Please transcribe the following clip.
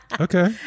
Okay